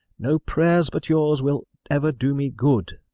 no prayers but yours will ever do me good.